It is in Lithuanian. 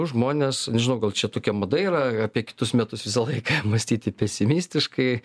žmonės nežinau gal čia tokia mada yra apie kitus metus visą laiką mąstyti pesimistiškai